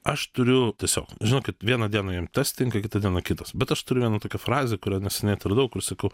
aš turiu tiesiog žinokit vieną dieną jiem tas tinka kitą dieną kitas bet aš turiu vieną tokią frazę kurią neseniai atradau kur sakau